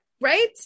right